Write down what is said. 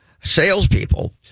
salespeople